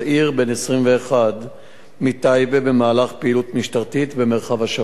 בן 21 מטייבה במהלך פעילות משטרתית במרחב השרון.